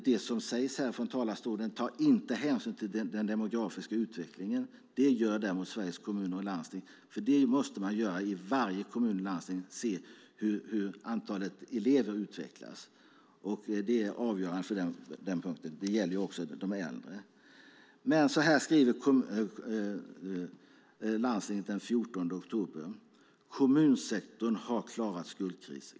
Det som sägs här från talarstolen tar inte hänsyn till den demografiska utvecklingen. Det gör däremot Sveriges Kommuner och Landsting, för det måste man göra i varje kommun och landsting. Man måste se hur antalet elever utvecklas. Det är avgörande på den punkten. Det gäller också de äldre. Men jag ska läsa vad Sveriges Kommuner och Landsting har skrivit den 14 oktober i år. Rubriken är: Kommunsektorn klarar skuldkrisen.